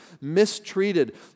mistreated